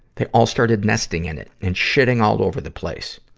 they all started nesting in it and shitting all over the place.